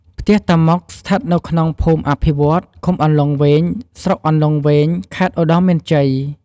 ផ្ទះតាម៉ុក ស្ថិតនៅក្នុងភូមិអភិវឌ្ឍន៍ ឃុំអន្លង់វែង ស្រុកអន្លង់វែង ខេត្តឧត្តរមានជ័យ។